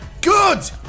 good